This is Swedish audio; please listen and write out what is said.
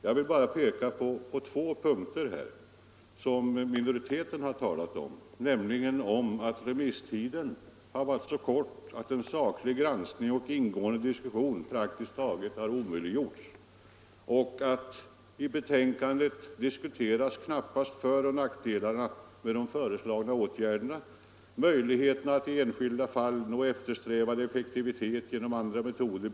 Jag vill här bara peka på två punkter som minoriteten har talat om, nämligen om att remisstiden har varit så kort att en saklig granskning och en mera ingående diskussion praktiskt taget har omöjliggjorts samt att i betänkandet föroch nackdelar med de föreslagna åtgärderna knappast diskuteras liksom inte heller förutsättningarna att i enskilda fall nå eftersträvad effektivitet genom andra metoder.